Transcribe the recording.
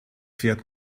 fährt